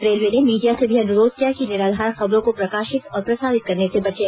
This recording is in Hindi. रेलवे ने मीडिया से भी अनुरोध किया कि निराधार खबरों को प्रकाशित और प्रसारित करने से बचे